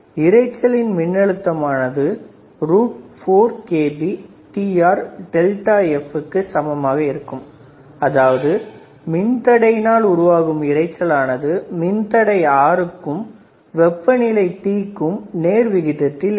இரைச்சலின் மின்னழுத்தம் ஆனது 4kBTRf க்கு சமமாக இருக்கும் அதாவது மின் தடையினால் உருவாகும் இரைச்சல் ஆனது மின்தடை Rக்கும் வெப்பநிலை T க்கும் நேர்விகிதத்தில் இருக்கும்